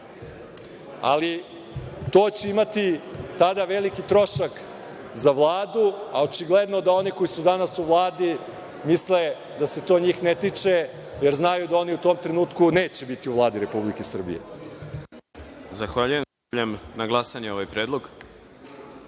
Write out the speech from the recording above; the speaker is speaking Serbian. to će imati tada veliki trošak za Vladu, a očigledno je da oni koji su danas u Vladi misle da se to njih ne tiče, jer znaju da oni u tom trenutku neće biti u Vladi Republike Srbije. **Đorđe Milićević**